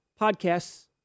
podcasts